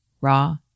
raw